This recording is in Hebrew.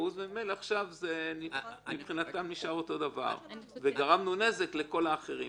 ומבחינתם ממילא זה נשאר אותו דבר וגרמנו נזק לאחרים?